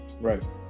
Right